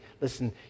Listen